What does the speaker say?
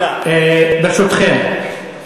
ברשותכם,